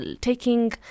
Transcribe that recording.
taking